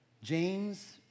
James